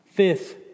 Fifth